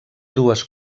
dues